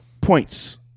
Points